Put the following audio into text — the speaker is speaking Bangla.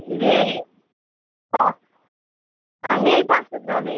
দিয়ে আমি এই পাশের গ্রামের